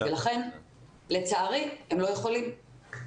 לכן לצערי הם לא יכולים.